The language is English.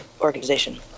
organization